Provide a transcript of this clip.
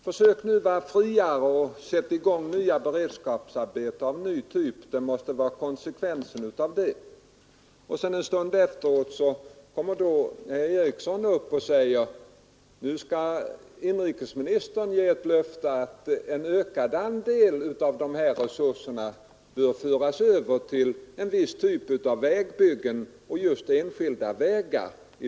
Försök vara friare och sätt i gång beredskapsarbeten av en ny typ!” En stund efteråt säger herr Eriksson i Arvika: ”Nu skall inrikesministern ge ett löfte om att en ökad andel av resurserna förs över till en viss typ av vägbyggen” — i detta sammanhang enskilda vägar.